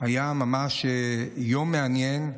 היה היום ממש יום מעניין,